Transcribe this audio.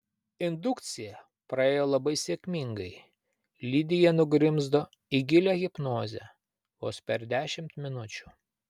indukcija praėjo labai sėkmingai lidija nugrimzdo į gilią hipnozę vos per dešimt minučių